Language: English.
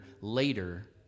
later